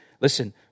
listen